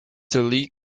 lee